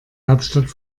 hauptstadt